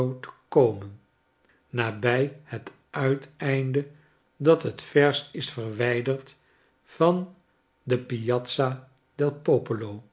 komen nabij het uiteinde dat het verst is verwijderd van de piazza del